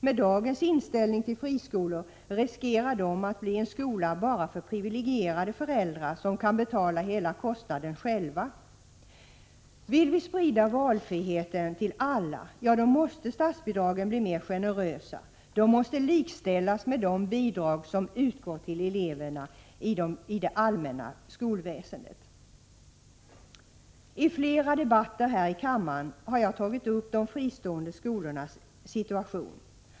Med dagens inställning till friskolor riskerar de att bli en skola bara för privilegierade föräldrar, som kan betala hela kostnaden själva. Vill vi sprida valfriheten till alla, måste statsbidragen bli mer generösa, ja de måste likställas med de bidrag som utgår till elever i det allmänna skolväsendet. I flera debatter här i kammaren har jag tagit upp de fristående skolornas situation.